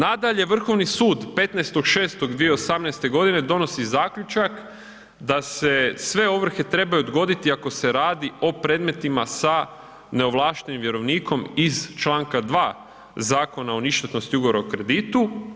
Nadalje, Vrhovni sud 15.6.2018.g. donosi zaključak da se sve ovrhe trebaju odgoditi ako se radi o predmetima sa neovlaštenim vjerovnikom iz čl. 2. Zakona o ništetnosti ugovora o kreditu.